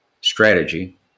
strategy